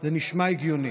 הגיוני.